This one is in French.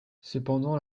cependant